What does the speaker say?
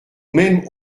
même